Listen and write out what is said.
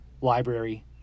library